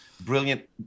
brilliant